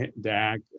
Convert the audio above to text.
Dak